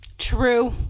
True